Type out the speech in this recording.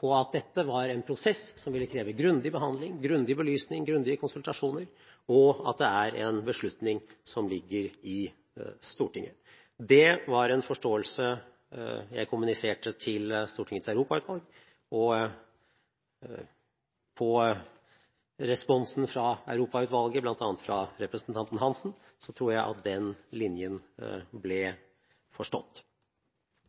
på at dette var en prosess som ville kreve grundig behandling, grundig belysning og grundige konsultasjoner, og at det er en beslutning som ligger i Stortinget. Det var en forståelse jeg kommuniserte til Stortingets europautvalg, og ut fra responsen fra Europautvalget – bl.a. fra representanten Svein Roald Hansen – tror jeg at den linjen ble forstått.